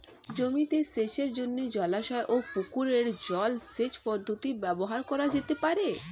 জমিতে সেচের জন্য জলাশয় ও পুকুরের জল সেচ পদ্ধতি ব্যবহার করা যেতে পারে?